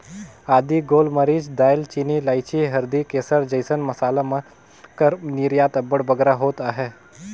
आदी, गोल मरीच, दाएल चीनी, लाइची, हरदी, केसर जइसन मसाला मन कर निरयात अब्बड़ बगरा होत अहे